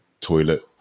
toilet